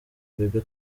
bebe